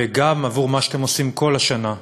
וגם על מה שאתם עושים כל השנה.